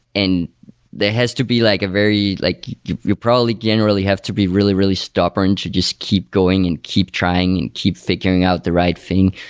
and there has to be like a very like you you probably generally have to be really, really stubborn to just keep going and keep trying and keep figuring out the right thing,